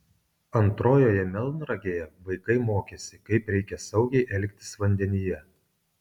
antrojoje melnragėje vaikai mokėsi kaip reikia saugiai elgtis vandenyje